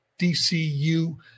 DCU